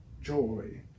joy